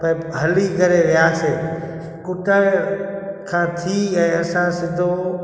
भई हली करे वियासीं कटरा खां थी ऐं असां सिधो